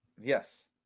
Yes